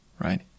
right